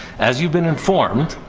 as you've been informed,